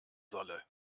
solle